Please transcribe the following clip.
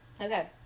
Okay